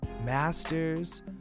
masters